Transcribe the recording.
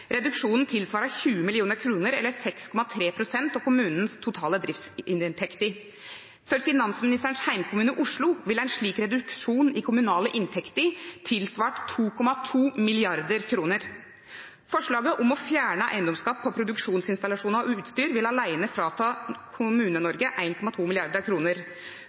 Reduksjonen tilsvarer 20 mill. kr, eller 6,3 pst., av kommunens totale driftsinntekter. For finansministerens hjemkommune, Oslo, ville en slik reduksjon i kommunale inntekter tilsvart 2,2 mrd. kr. Forslaget om å fjerne eiendomsskatt på produksjonsinstallasjoner og -utstyr vil alene frata